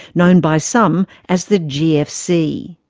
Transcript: known by some as the gfc.